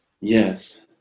Yes